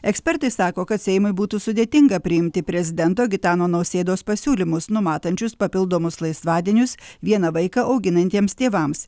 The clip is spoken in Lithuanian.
ekspertai sako kad seimui būtų sudėtinga priimti prezidento gitano nausėdos pasiūlymus numatančius papildomus laisvadienius vieną vaiką auginantiems tėvams